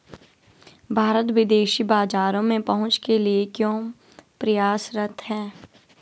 भारत विदेशी बाजारों में पहुंच के लिए क्यों प्रयासरत है?